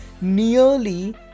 nearly